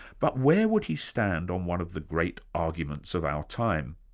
but where would he stand on one of the great arguments of our time?